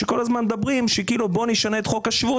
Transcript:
שכל הזמן מדברים שכאילו בוא נשנה את חוק השבות